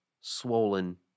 swollen